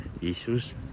Jesus